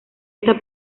esta